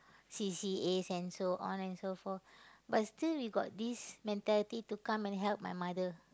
C_C_A and so on and so forth but still we got this mentality to come and help my mother